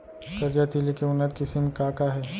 करिया तिलि के उन्नत किसिम का का हे?